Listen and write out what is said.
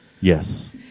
Yes